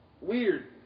Weird